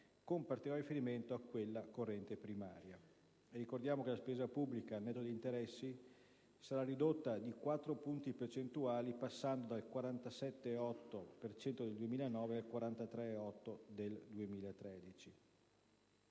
con particolare riferimento a quella corrente primaria. Ricordo che la spesa pubblica, al netto degli interessi, sarà ridotta di 4 punti percentuali passando dal 47,8 per cento del 2009 al 43,8 per cento